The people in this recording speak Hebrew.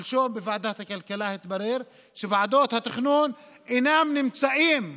שלשום בוועדת הכלכלה התברר שוועדות התכנון אינן נמצאות בוועדה,